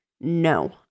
no